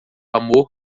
amor